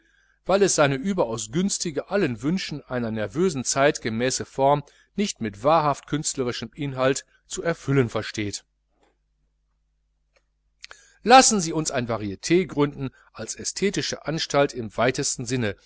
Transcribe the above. weil es seine überaus günstige allen wünschen einer nervösen zeit gemäße form nicht mit wahrhaft künstlerischem inhalt zu erfüllen versteht lassen sie uns ein varit gründen als ästhetische anstalt im weitesten sinne